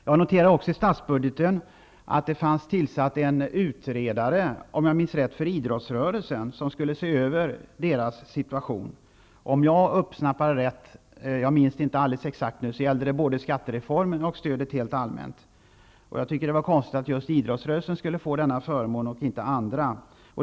Jag noterade också i statsbudgeten att det fanns tillsatt en utredare, om jag minns rätt för idrottsrörelsen, som skulle se över situationen. Om jag uppsnappade det rätt, så gällde det både skattereformen och stödet rent allmänt. Det är konstigt att just idrottsrörelsen skall få denna förmån och inte andra.